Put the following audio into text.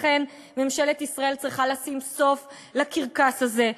לכן ממשלת ישראל צריכה לשים סוף לקרקס הזה,